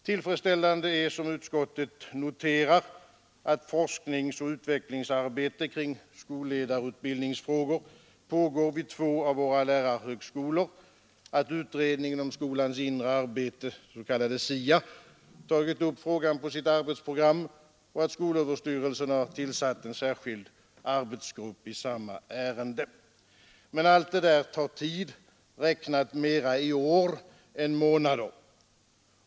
Tillfredsställande är, som utskottet noterat, att forskningsoch utvecklingsarbetet kring skolledarutbildningsfrågor pågår vid två av våra lärarhögskolor, att utredningen inom skolans inre arbete, den s.k. SIA, tagit upp frågan på sitt arbetsprogram och att skolöverstyrelsen tillsatt en särskild arbetsgrupp i samma ärende. Men allt detta tar tid, räknat mera i år än månader.